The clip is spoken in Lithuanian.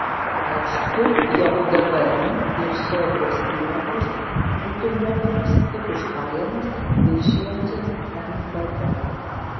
tai reikštų jog gpm ir sodros įmokos būtų mokamos tik už pajamas viršijančias npd